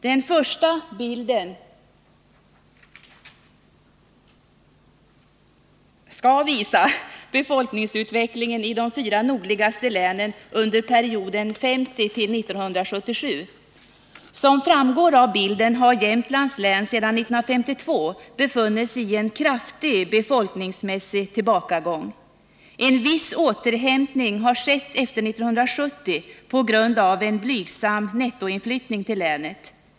Den första bilden visar befolkningsutvecklingen i de fyra nordligaste länen under perioden 1950-1977. Som framgår av bilden har Jämtlands län sedan 1952 befunnit sig i en kraftig befolkningsmässig tillbakagång. En viss återhämtning har skett efter 1970 på grund av en blygsam nettoinflyttning till länet.